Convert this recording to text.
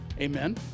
Amen